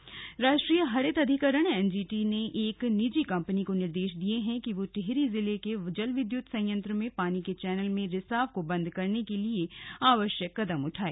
NGT निर्देश राष्ट्रीय हरित अधिकरण एनजीटी ने एक निजी कंपनी को निर्देश दिया है कि वह टिहरी जिले के जलविद्युत संयंत्र में पानी के चैनल में रिसाव को बंद करने के लिए आवश्यक कदम उठाए